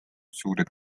suured